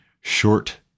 short